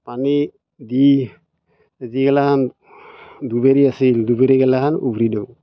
পানী দি যিগিলাখান দুবৰি আছিল দুবৰিগিলাখান উঘালি দিওঁ